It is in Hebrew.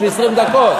יש לי 20 דקות.